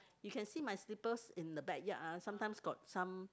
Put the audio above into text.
you can see my slippers in the backyard ah sometimes got some